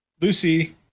Lucy